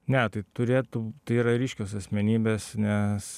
ne tai turėtų tai yra ryškios asmenybės nes